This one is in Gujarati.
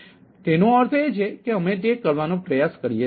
તેથી તેનો અર્થ એ છે કે અમે તે કરવાનો પ્રયાસ કરીએ છીએ